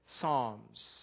Psalms